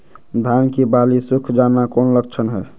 धान की बाली सुख जाना कौन लक्षण हैं?